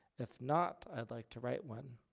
if not, i'd like to write one.